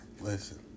Listen